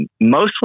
Mostly